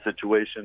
situation